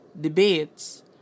debates